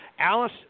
Alice